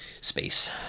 space